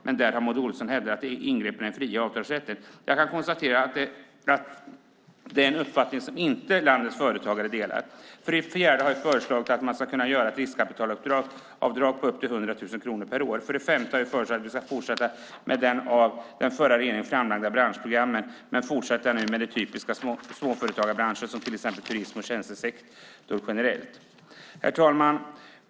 Maud Olofsson har hävdat att det är ett ingrepp i den fria avtalsrätten. Jag kan konstatera att det är en uppfattning som landets företagare inte delar. För det fjärde har vi föreslagit att man ska kunna göra ett riskkapitalavdrag på upp till 100 000 kronor per år. För det femte har vi föreslagit att vi ska fortsätta med de av den förra regeringen framlagda branschprogrammen, men fortsätta med de typiska småföretagarbranscherna som exempelvis turism och tjänstesektorn. Herr talman!